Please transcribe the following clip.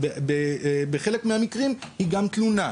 בחלק מהמקרים היא גם תלונה.